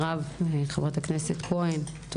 חברת הכנסת כהן וחבר הכנסת יוראי להב,